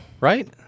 right